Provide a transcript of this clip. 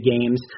games